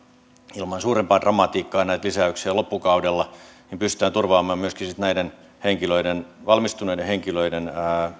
ilman suurempaa dramatiikkaa näitä lisäyksiä loppukaudella niin että pystytään turvaamaan sitten myöskin näiden valmistuneiden henkilöiden